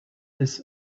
his